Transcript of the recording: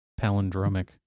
palindromic